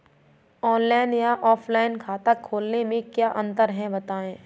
Online या offline खाता खोलने में क्या अंतर है बताएँ?